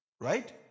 Right